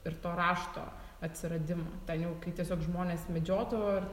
ir to rašto atsiradimo ten jau kai tiesiog žmonės medžiodavo ir